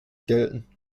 gelten